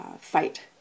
fight